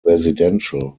residential